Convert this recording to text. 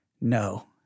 No